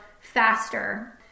faster